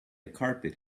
carpet